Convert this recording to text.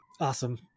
Awesome